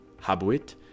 habuit